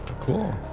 Cool